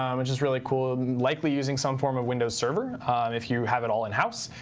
um which is really cool. likely using some form of windows server if you have it all in-house.